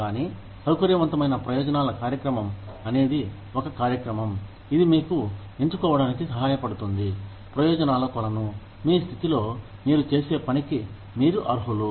కానీ సౌకర్యవంతమైన ప్రయోజనాల కార్యక్రమం అనేది ఒక కార్యక్రమం ఇది మీకు ఎంచుకోవడానికి సహాయపడుతుంది ప్రయోజనాల కొలను మీ స్థితిలో మీరు చేసే పనికి మీరు అర్హులు